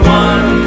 one